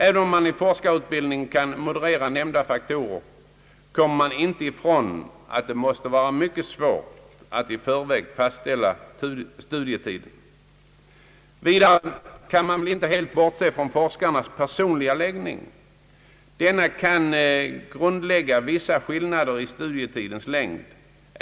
även om man i forskarutbildningen kan moderera dessa faktorer kommer vi inte ifrån att det måste vara mycket svårt att i förväg fastställa studietiden. Vidare kan man inte helt bortse från forskarnas personliga läggning. Denna kan grundlägga vissa skillnader i studietidens längd.